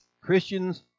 Christians